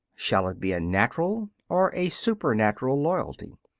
shall it be a natural or a supernatural loyalty?